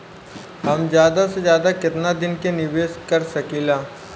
हम ज्यदा से ज्यदा केतना दिन के निवेश कर सकिला?